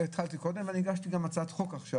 החזקת רכב שייכת לעולם תמריצים ישן,